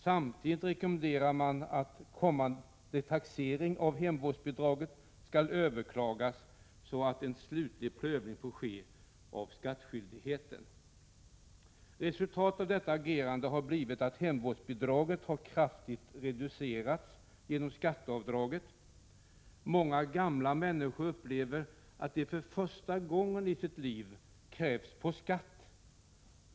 Samtidigt rekommenderar man att kommande taxering av hemvårdsbidrag överklagas, så att en slutlig prövning får ske av skattskyldigheten. Resultatet av detta agerande har blivit att hemvårdsbidraget kraftigt reducerats genom skatteavdrag. Många gamla människor upplever att de för första gången i sitt liv krävs på skatt.